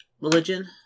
Religion